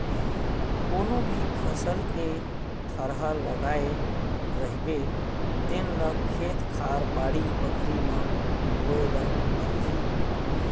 कोनो भी फसल के थरहा लगाए रहिबे तेन ल खेत खार, बाड़ी बखरी म बोए ल परथे